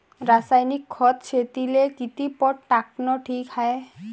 रासायनिक खत शेतीले किती पट टाकनं ठीक हाये?